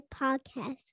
Podcast